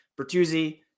Bertuzzi